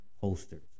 Holsters